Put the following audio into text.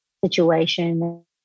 situation